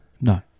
No